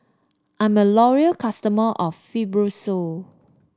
I'm a loyal customer of Fibrosol